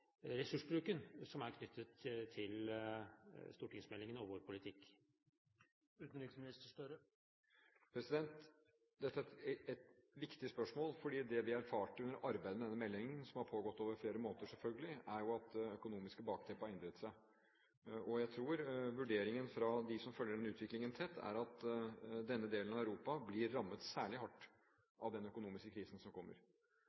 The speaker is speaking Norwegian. ressursbruken som er knyttet til stortingsmeldingen og vår politikk? Dette er et viktig spørsmål, for det vi erfarte under arbeidet med denne meldingen, som har pågått over flere måneder, selvfølgelig, er at det økonomiske bakteppet har endret seg. Jeg tror at de som følger utviklingen tett, vurderer det slik at denne delen av Europa blir rammet særlig hardt av den økonomiske krisen som kommer.